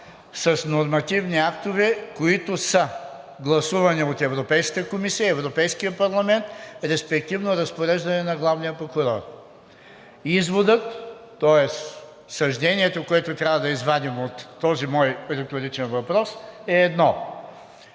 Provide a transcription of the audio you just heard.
с нормативни актове, които са гласувани от Европейската комисия, Европейския парламент, респективно разпореждане на главния прокурор? Изводът, тоест съждението, което трябва да извадим от този мой риторичен въпрос, е едно: